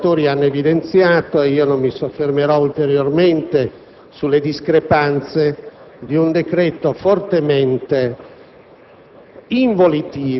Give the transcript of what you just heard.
ottimi oratori hanno evidenziato. Non mi soffermerò ulteriormente sulle discrepanze di un decreto fortemente